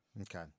Okay